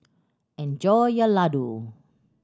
enjoy your laddu